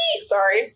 Sorry